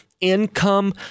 income